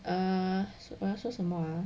err 我要说什么 ah